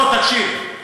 בוא, תקשיב.